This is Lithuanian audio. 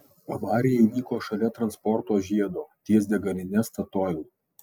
avarija įvyko šalia transporto žiedo ties degaline statoil